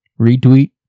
Retweet